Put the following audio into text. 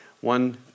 One